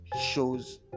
shows